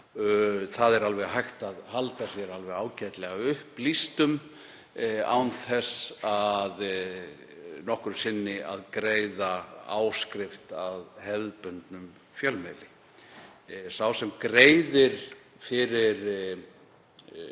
Það er alveg hægt að halda sér ágætlega upplýstum án þess nokkru sinni að greiða áskrift að hefðbundnum fjölmiðli. Sá sem greiðir fyrir efni